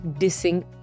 dissing